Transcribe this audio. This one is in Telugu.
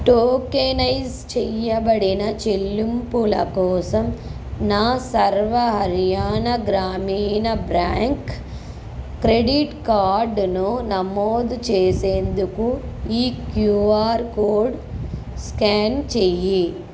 టోకెనైజ్ చేయబడిన చెల్లింపుల కోసం నా సర్వ హర్యానా గ్రామీణ బ్యాంక్ క్రెడిట్ కార్డును నమోదు చేసేందుకు ఈ క్యూఆర్ కోడ్ స్క్యాన్ చెయ్యి